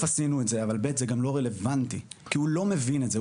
עשינו את זה אבל זה גם לא רלוונטי כי הוא לא מבין את זה,